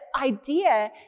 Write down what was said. idea